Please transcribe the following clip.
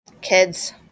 Kids